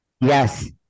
Yes